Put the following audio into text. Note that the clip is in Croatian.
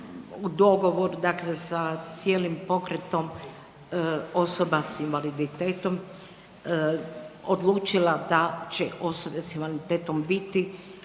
dogovor sa cijelim pokretom osoba s invaliditetom odlučila da će osobe s invaliditetom biti